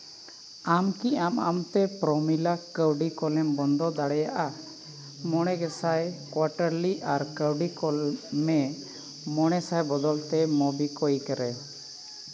ᱟᱢ ᱠᱤ ᱟᱢ ᱟᱢᱛᱮ ᱯᱨᱚᱢᱤᱞᱟ ᱠᱟᱹᱣᱰᱤ ᱠᱩᱞᱮᱢ ᱵᱚᱱᱫᱚ ᱫᱟᱲᱮᱭᱟᱜᱼᱟ ᱢᱚᱬᱮ ᱜᱮᱥᱟᱭ ᱠᱚᱣᱟᱴᱟᱨᱞᱤ ᱟᱨ ᱠᱟᱹᱣᱰᱤ ᱠᱳᱞ ᱢᱮ ᱢᱚᱬᱮ ᱥᱟᱭ ᱵᱚᱫᱚᱞ ᱛᱮ ᱢᱩᱵᱤᱠᱩᱭᱤᱠ ᱨᱮ